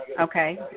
Okay